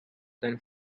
than